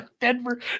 Denver